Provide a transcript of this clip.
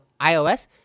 iOS